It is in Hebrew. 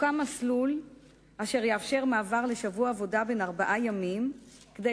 יוקם מסלול אשר יאפשר מעבר לשבוע עבודה בן ארבעה ימים כדי